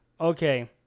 Okay